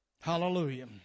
Hallelujah